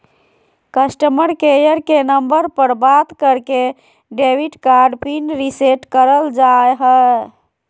customer care के नम्बर पर बात करके डेबिट कार्ड पिन रीसेट करल जा हय